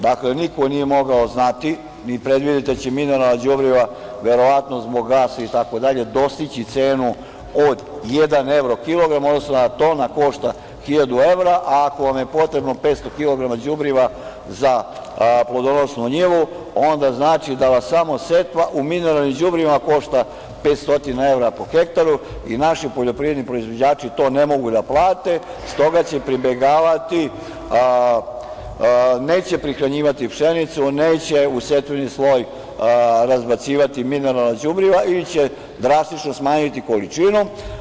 Dakle niko nije mogao znati ni predvideti da će mineralna đubriva verovatno zbog gasa, itd. dostići cenu od jedan evro kilogram u odnosu na to, tona košta hiljadu evra a ako vam je potrebno 500 kilograma đubriva za plodonosnu njivu, onda znači da vas samo setva u mineralnim đubrivima košta 500 evra po hektaru i naši poljoprivredni proizvođači to ne mogu da plate i stoga će pribegavati tome da neće prihranjivati pšenicu, neće u setveni sloj razbacivati mineralna đubriva ili će drastično smanjiti količinu.